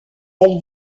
elle